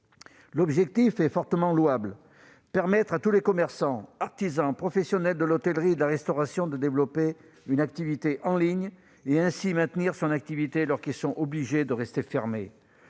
L'objectif est fortement louable : permettre à tous les commerçants, artisans, professionnels de l'hôtellerie et de la restauration de développer une activité en ligne, et ainsi de maintenir leur activité alors qu'ils sont obligés de rester fermés.